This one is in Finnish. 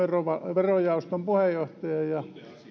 verojaoston puheenjohtaja